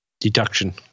Deduction